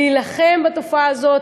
להילחם בתופעה הזאת,